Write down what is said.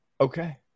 Okay